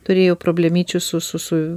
turėjo problemyčių su su su